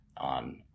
on